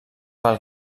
pel